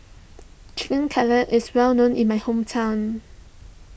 Chicken Cutlet is well known in my hometown